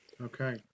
okay